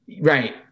Right